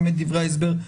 גם את דברי ההסבר,